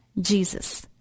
Jesus